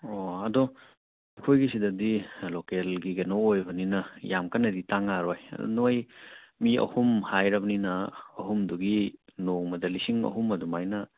ꯑꯣ ꯑꯗꯣ ꯑꯩꯈꯣꯏꯒꯤ ꯁꯤꯗꯗꯤ ꯂꯣꯂꯦꯜꯒꯤ ꯀꯩꯅꯣ ꯑꯩꯏꯕꯅꯤꯅ ꯌꯥꯝ ꯀꯟꯅꯗꯤ ꯇꯥꯡꯂꯔꯣꯏ ꯅꯣꯏ ꯃꯤ ꯑꯍꯨꯝ ꯍꯥꯏꯔꯕꯅꯤꯅ ꯑꯍꯨꯝꯗꯨꯒꯤ ꯅꯣꯡꯃꯗ ꯂꯤꯁꯤꯡ ꯑꯍꯨꯝ ꯑꯗꯨꯃꯥꯏꯅ